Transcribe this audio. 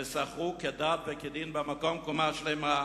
ושכרו כדת וכדין במקום קומה שלמה,